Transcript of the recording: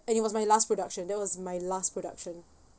and it was my last production that was my last production